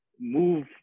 move